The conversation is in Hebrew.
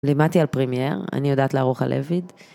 לימדתי על פרימייר, אני יודעת לערוך הלויד.